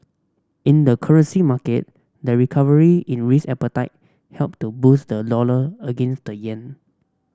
in the currency market the recovery in risk appetite helped to boost the dollar against the yen